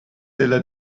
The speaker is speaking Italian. della